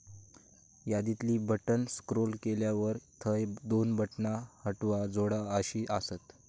यादीतली बटण स्क्रोल केल्यावर थंय दोन बटणा हटवा, जोडा अशी आसत